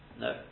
No